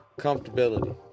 comfortability